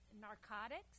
narcotics